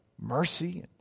mercy